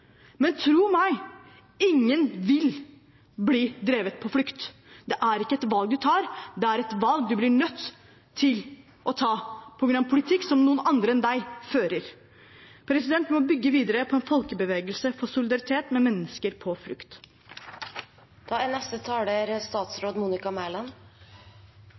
Tro meg, ingen vil bli drevet på flukt. Det er ikke et valg man tar. Det er et valg man blir nødt til å ta på grunn av en politikk som noen andre enn deg fører. Vi må bygge videre på en folkebevegelse for solidaritet med mennesker på flukt. Det er